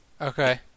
okay